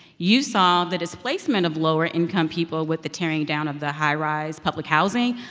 you saw the displacement of lower-income people with the tearing down of the high-rise public housing,